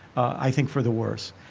i think, for the worse.